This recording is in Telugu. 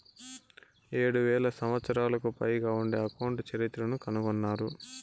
ఏడు వేల సంవత్సరాలకు పైగా ఉండే అకౌంట్ చరిత్రను కనుగొన్నారు